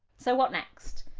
so what next?